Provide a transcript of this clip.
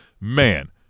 man